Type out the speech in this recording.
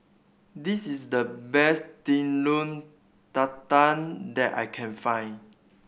this is the best Telur Dadah that I can find